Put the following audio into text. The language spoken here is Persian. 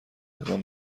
اقدام